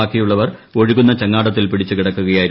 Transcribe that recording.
ബാക്കിയുള്ളവർ ഒഴുകുന്ന ചങ്ങാടത്തിൽ പിടിച്ചു കിടക്കുകയായിരുന്നു